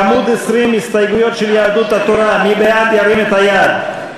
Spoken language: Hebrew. ההסתייגות לא התקבלה.